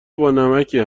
بانمکیه